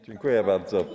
Dziękuję bardzo.